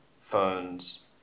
phones